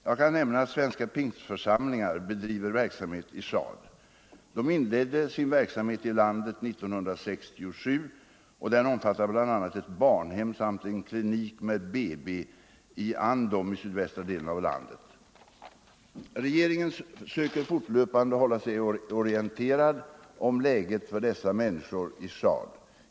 Jag kan nämna att svenska pingstförsamlingar bedriver verksamhet i Tchad. De inledde sin verksamhet i landet 1967 och den omfattar bl.a. ett barnhem samt en klinik med BB i Andom i sydvästra delen av landet. Regeringen söker fortlöpande hålla sig orienterad om läget för dessa människor i Tchad.